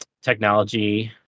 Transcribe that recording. technology